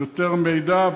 יותר מידע,